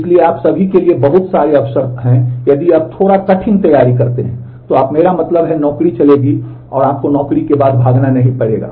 इसलिए आप सभी के लिए बहुत सारे अवसर हैं यदि आप थोड़ा कठिन तैयारी करते हैं तो आप मेरा मतलब है कि नौकरी चलेगी आपको नौकरी के बाद भागना नहीं पड़ेगा